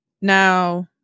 Now